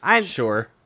Sure